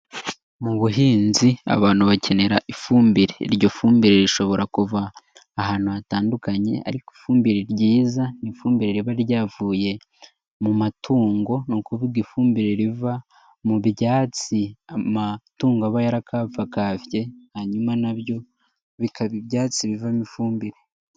Mu buhinzi abantu bakenera ifumbire, iryo fumbire rishobora kuva ahantu hatandukanye ariko ifumbire ryiza ni ifumbire riba ryavuye mu matungo, ni ukuvuga ifumbire riva mu byatsi amatungo aba yarakafakavye, hanyuma na byo bikaba ibyatsi bivamo ifumbire.